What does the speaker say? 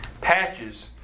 patches